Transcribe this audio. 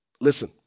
listen